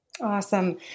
Awesome